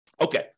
Okay